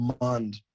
demand